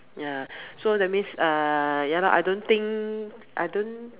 ya so that mean uh ya lah I don't think I don't